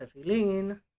tefillin